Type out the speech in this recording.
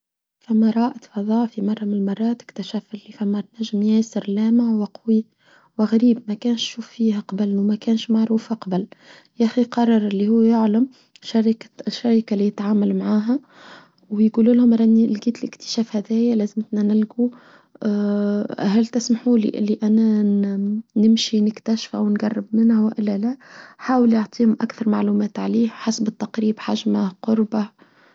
فمرة أتفضى في مرة من المرات اكتشاف اللي فمرة نجم ياسر لامع وقوي وغريب ما كانش شو فيها قبل وما كانش معروفة قبل ياخي قرر اللي هو يعلم الشركة اللي يتعامل معها ويقولوا لهم راني لقيت الاكتشاف هذي لازم ننلقوه هل تسمحولي اللي أنا نمشي نكتشفه ونقرب منه أو ألا لا حاولي أعطيهم أكثر معلومات عليه حسب التقريب حجمه قربه.